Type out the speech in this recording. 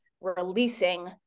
releasing